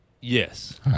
Yes